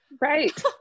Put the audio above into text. Right